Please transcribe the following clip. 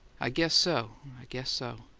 i guess so i guess so.